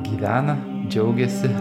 gyvena džiaugiasi